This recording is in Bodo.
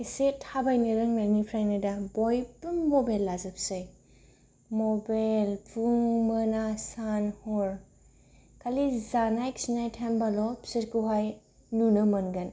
एसे थाबायनो रोंनायनिफ्रायनो दा बयबो मबाइल लाजोबसै मबाइल फुं मोना सान हर खालि जानाय खिनाय टाइमबाल' बिसोरखौहाय नुनो मोनगोन